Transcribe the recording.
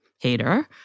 Hater